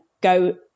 go